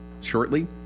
shortly